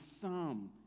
psalm